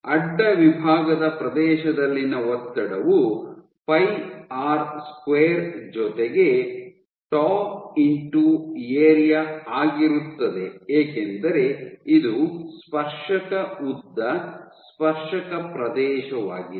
ಅಡ್ಡ ವಿಭಾಗದ ಪ್ರದೇಶದಲ್ಲಿನ ಒತ್ತಡವು ಪೈ ಆರ್ ಸ್ಕ್ವೇರ್ ಜೊತೆಗೆ ಟೌ ಇಂಟು ಏರಿಯಾ ಆಗಿರುತ್ತದೆ ಏಕೆಂದರೆ ಇದು ಸ್ಪರ್ಶಕ ಉದ್ದ ಸ್ಪರ್ಶಕ ಪ್ರದೇಶವಾಗಿದೆ